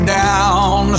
down